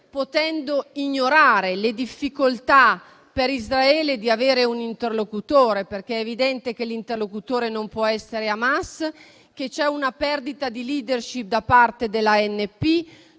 potendo ignorare le difficoltà per Israele di avere un interlocutore, perché è evidente che l'interlocutore non può essere Hamas, che c'è una perdita di *leadership* da parte dell'Autorità